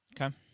okay